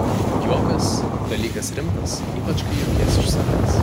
juokas dalykas rimtas ypač kai juokies iš savęs